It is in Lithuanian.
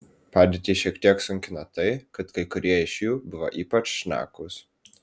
padėtį šiek tiek sunkino tai kad kai kurie iš jų buvo ypač šnekūs